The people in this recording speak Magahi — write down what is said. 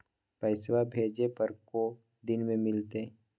पैसवा भेजे पर को दिन मे मिलतय?